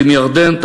ועם ירדן,